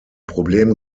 problem